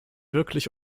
wirklich